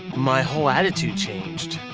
my whole attitude changed.